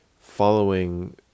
following